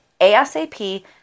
ASAP